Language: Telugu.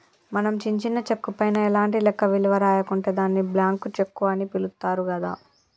మనం చించిన చెక్కు పైన ఎలాంటి లెక్క విలువ రాయకుంటే దాన్ని బ్లాంక్ చెక్కు అని పిలుత్తారు గదా